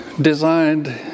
designed